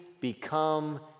become